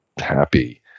happy